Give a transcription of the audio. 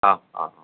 অঁ অঁ